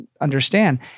understand